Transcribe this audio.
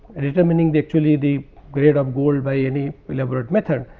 and ah determining the actually the grade of gold by any elaborate method.